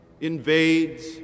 invades